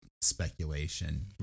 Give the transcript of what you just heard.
speculation